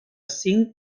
cinc